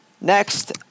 Next